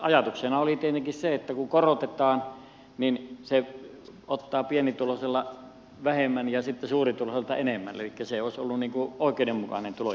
ajatuksena oli tietenkin se että kun korotetaan niin se ottaa pienituloiselta vähemmän ja sitten suurituloiselta enemmän elikkä se olisi ollut oikeudenmukainen tulonjako